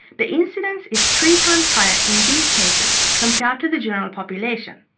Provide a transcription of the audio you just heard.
the incidence is three times higher in these patients compared to the general population.